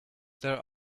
there